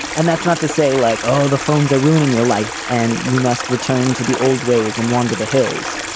and that's not to say like oh the phones are ruining your life and you must return to the old ways and wander the hills.